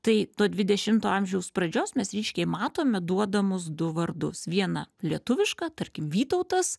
tai nuo dvidešimto amžiaus pradžios mes ryškiai matome duodamus du vardus vieną lietuvišką tarkim vytautas